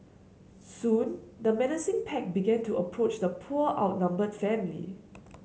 soon the menacing pack began to approach the poor outnumbered family